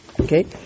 Okay